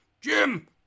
Jim